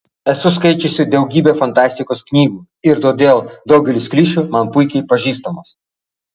esu skaičiusi daugybę fantastikos knygų ir todėl daugelis klišių man puikiai pažįstamos